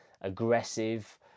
aggressive